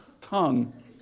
tongue